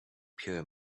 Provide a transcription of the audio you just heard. pure